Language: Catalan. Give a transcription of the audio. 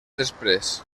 després